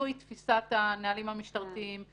זוהי תפיסת הנהלים המשטרתיים,